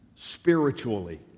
spiritually